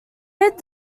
mid